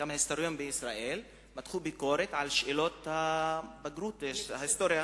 כמה היסטוריונים בישראל מתחו ביקורת על שאלות הבגרות בהיסטוריה,